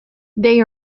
they